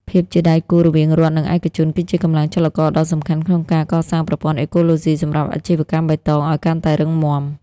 ភាពជាដៃគូរវាងរដ្ឋ និងឯកជន គឺជាកម្លាំងចលករដ៏សំខាន់ក្នុងការកសាងប្រព័ន្ធអេកូឡូស៊ីសម្រាប់អាជីវកម្មបៃតងឱ្យកាន់តែរឹងមាំ។